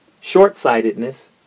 short-sightedness